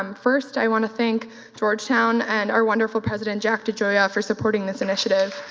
um first, i want to thank georgetown and our wonderful president, jack degioia for supporting this initiative.